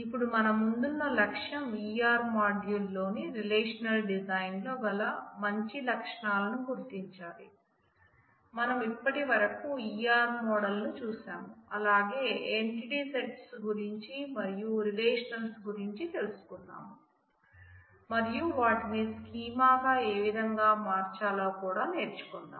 ఇప్పుడు మనముందున్న లక్ష్యం E R మోడ్యూల్లోని రిలేషన్ డిజైన్లో గురించి నేర్చుకుందాం